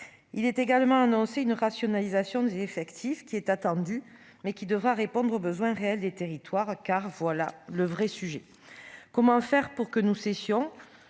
il est également annoncé une rationalisation des effectifs qui est attendu, mais qui devra répondre aux besoins réels des territoires car voilà le vrai sujet : comment faire pour que nous cessions